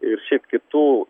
ir šiaip kitų